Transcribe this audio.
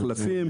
מחלפים.